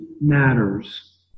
matters